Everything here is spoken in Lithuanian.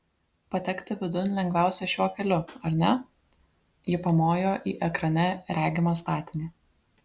patekti vidun lengviausia šiuo keliu ar ne ji pamojo į ekrane regimą statinį